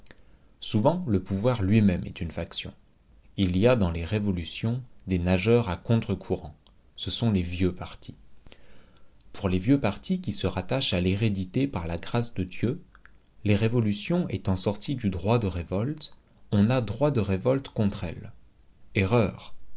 souvent le pouvoir lui-même est une faction il y a dans les révolutions des nageurs à contre courant ce sont les vieux partis pour les vieux partis qui se rattachent à l'hérédité par la grâce de dieu les révolutions étant sorties du droit de révolte on a droit de révolte contre elles erreur